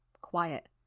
quiet